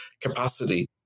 capacity